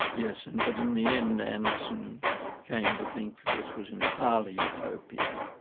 yes, and but in the end anderson came to think that this was entirely utopian.